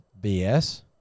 BS